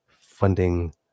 funding